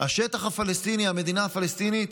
השטח הפלסטיני, המדינה הפלסטינית,